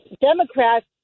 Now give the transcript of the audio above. Democrats